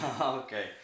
Okay